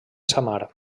samar